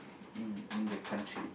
um in the country